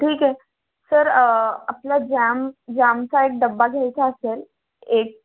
ठीक आहे सर आपला जॅम जॅमचा एक डबा घ्यायचा असेल एक